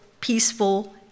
peaceful